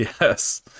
yes